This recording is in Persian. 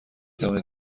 توانید